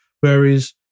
Whereas